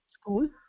school